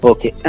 Okay